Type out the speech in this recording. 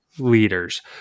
leaders